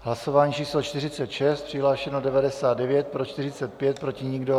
Hlasování číslo 46, přihlášeno 99, pro 45, proti nikdo.